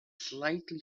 slightly